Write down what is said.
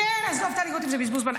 כן, עזוב, טלי גוטליב זה בזבוז זמן.